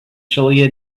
shiela